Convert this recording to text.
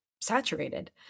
saturated